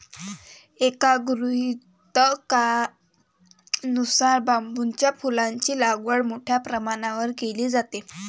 एका गृहीतकानुसार बांबूच्या फुलांची लागवड मोठ्या प्रमाणावर केली जाते